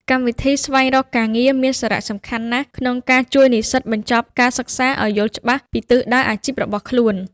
កម្មវិធីស្វែងរកការងារមានសារៈសំខាន់ណាស់ក្នុងការជួយនិស្សិតបញ្ចប់ការសិក្សាឱ្យយល់ច្បាស់ពីទិសដៅអាជីពរបស់ខ្លួន។